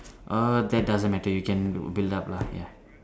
uh that doesn't matter you can build up lah ya